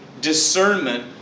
discernment